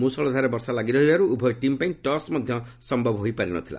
ମ୍ରଷଳଧାରାରେ ବର୍ଷା ଲାଗି ରହିବାର୍ଚ ଉଭୟ ଟିମ୍ ପାଇଁ ଟସ୍ ମଧ୍ୟ ସମ୍ଭବ ହୋଇପାରିନଥିଲା